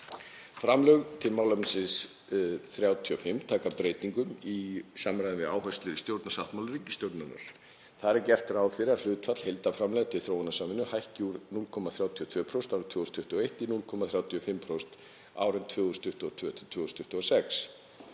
Framlög til málefnasviðs 35 taka breytingum í samræmi við áherslur í stjórnarsáttmála ríkisstjórnarinnar. Þar er gert ráð fyrir að hlutfall heildarframlaga til þróunarsamvinnu hækki úr 0,32% árið 2021 í 0,35% árin 2022–2026.